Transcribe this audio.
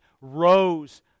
rose